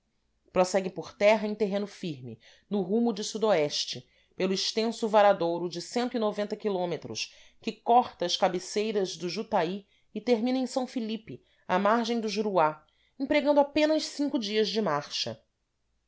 prossegue por terra em terreno firme no rumo de se pelo extenso varadouro de km que corta as cabeceiras do jutaí e termina em s felipe à margem do juruá empregando apenas cinco dias de marcha